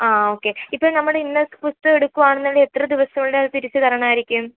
ആ ഓക്കെ ഇപ്പോൾ നമ്മൾ ഇന്ന പുസ്തകം എടുക്കുകയാണ് എന്നുണ്ടെങ്കിൽ എത്ര ദിവസത്തിനുള്ളിൽ അത് തിരിച്ച് തരണമായിരിക്കും